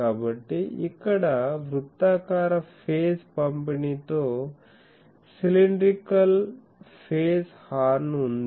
కాబట్టి ఇక్కడ వృత్తాకార ఫేజ్ పంపిణీతో సీలిండ్రికల్ ఫేజ్ హార్న్ ఉంది